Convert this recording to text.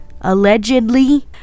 allegedly